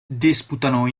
disputano